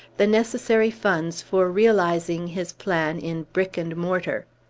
the necessary funds for realizing his plan in brick and mortar!